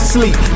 Sleep